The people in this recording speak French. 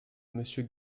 monsieur